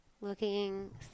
looking